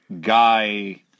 Guy